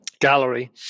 gallery